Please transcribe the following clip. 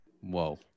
Whoa